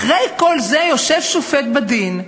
אחרי כל זה יושב שופט בדין,